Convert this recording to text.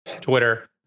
Twitter